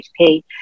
HP